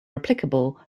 applicable